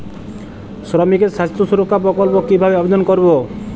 শ্রমিকের স্বাস্থ্য সুরক্ষা প্রকল্প কিভাবে আবেদন করবো?